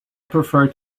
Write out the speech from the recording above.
prefer